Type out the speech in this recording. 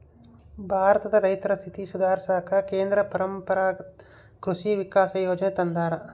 ಭಾರತದ ರೈತರ ಸ್ಥಿತಿ ಸುಧಾರಿಸಾಕ ಕೇಂದ್ರ ಪರಂಪರಾಗತ್ ಕೃಷಿ ವಿಕಾಸ ಯೋಜನೆ ತಂದಾರ